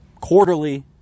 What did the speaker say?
quarterly